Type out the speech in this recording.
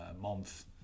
Month